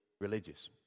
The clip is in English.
religious